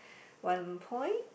one point